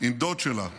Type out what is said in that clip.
עם דוד שלה שמעון.